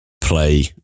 play